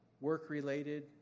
work-related